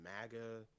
MAGA